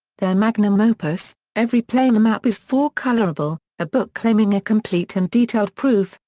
their magnum opus, every planar map is four-colorable, a book claiming a complete and detailed proof,